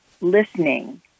listening